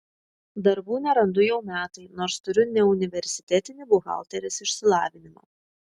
darbų nerandu jau metai nors turiu neuniversitetinį buhalterės išsilavinimą